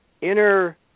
inner